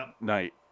night